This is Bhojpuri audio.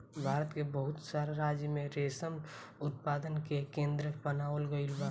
भारत के बहुत सारा राज्य में रेशम उत्पादन के केंद्र बनावल गईल बा